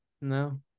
no